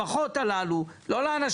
יש לסדר את הדברים האלה.